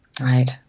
Right